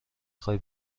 خوای